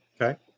Okay